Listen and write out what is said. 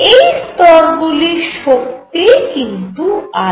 এই স্তরগুলির শক্তি কিন্তু আলাদা